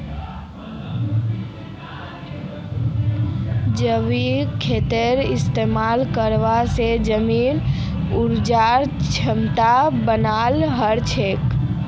जैविक खादेर इस्तमाल करवा से जमीनेर उर्वरक क्षमता बनाल रह छेक